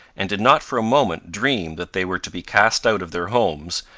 and did not for a moment dream that they were to be cast out of their homes,